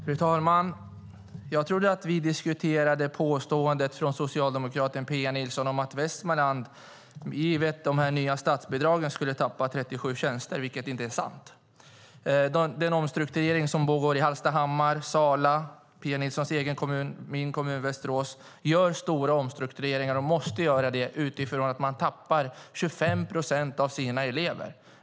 Fru talman! Jag trodde att vi diskuterade socialdemokraten Pia Nilssons påstående att Västmanland med de nya statsbidragen skulle tappa 37 tjänster, vilket inte är sant. Den omstrukturering som pågår i Hallstahammar, Sala, Pia Nilssons egen kommun, och min kommun Västerås är nödvändig och görs utifrån att man tappar 25 procent av sina elever.